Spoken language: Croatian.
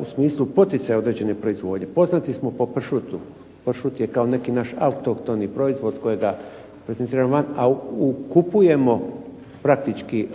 U smislu poticaja određene proizvodnje. Poznati smo po pršutu, pršut je kao neki naš autohtoni proizvod kojega …/Ne razumije se./… a kupujemo praktički